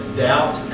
doubt